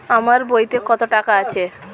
আমার বইতে কত টাকা আছে?